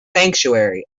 sanctuary